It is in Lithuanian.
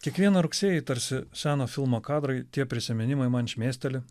kiekvieną rugsėjį tarsi seno filmo kadrai tie prisiminimai man šmėsteli